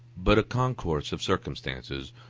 but a concourse of circumstances,